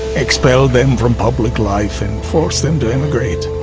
expelled them from public life, and forced them to emigrate.